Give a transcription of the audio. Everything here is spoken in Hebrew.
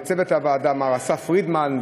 מר אסף פרידמן,